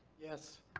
yes.